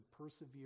persevere